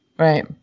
right